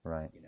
Right